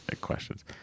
questions